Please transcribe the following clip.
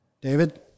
David